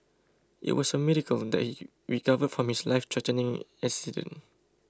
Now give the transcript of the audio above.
it was a miracle that he recovered from his lifethreatening accident